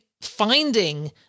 finding